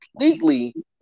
completely